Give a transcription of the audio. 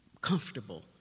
comfortable